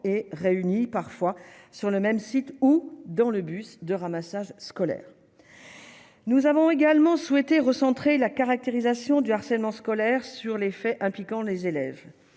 et réunit parfois sur le même site ou dans le bus de ramassage scolaire. Nous avons également souhaité recentrer la caractérisation du harcèlement scolaire sur les faits impliquant les élèves